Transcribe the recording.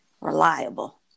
reliable